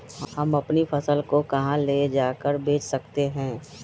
हम अपनी फसल को कहां ले जाकर बेच सकते हैं?